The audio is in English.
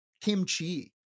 kimchi